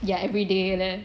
ya everyday that one